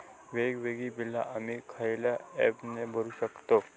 वेगवेगळी बिला आम्ही खयल्या ऍपने भरू शकताव?